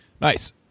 Nice